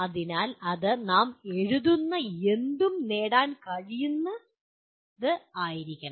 അതിനാൽ നാം എഴുതുന്ന എന്തും നേടാൻ കഴിയുന്നത് ആയിരിക്കണം